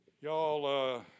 y'all